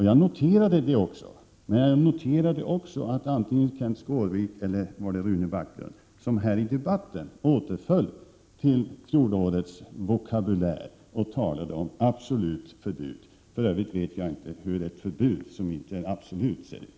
Jag noterade också det, men jag noterade även att antingen Kenth Skårvik eller möjligen Rune Backlund här i debatten återföll till fjolårets vokabulär och talade om ”absolut förbud”. För övrigt vet jag inte hur ett förbud som inte är absolut ser ut.